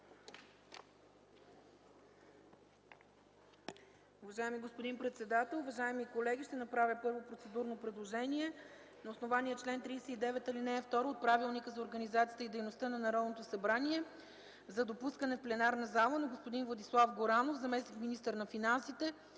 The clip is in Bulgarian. Уважаеми господин председател, уважаеми колеги, първо, ще направя процедурно предложение, на основание чл. 39, ал. 2 от Правилника за организацията и дейността на Народното събрание за допускане в пленарната зала на господин Владислав Горанов – заместник-министър на финансите